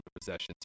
possessions